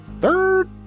third